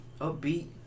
upbeat